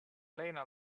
lena